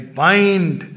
bind